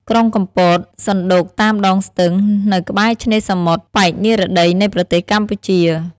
ក្រុងកំពត សណ្តូកតាមដងស្ទឹង នៅក្បែរឆ្នេរសមុទ្រប៉ែកនិរតីនៃប្រទេសកម្ពុជា។